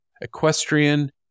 equestrian